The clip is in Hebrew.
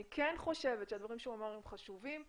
אני חושבת שהדברים שאיתי אמר הם חשובים,